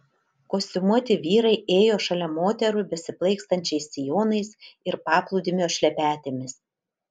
kostiumuoti vyrai ėjo šalia moterų besiplaikstančiais sijonais ir paplūdimio šlepetėmis